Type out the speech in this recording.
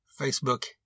Facebook